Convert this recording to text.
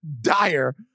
dire